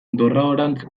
dorraorantz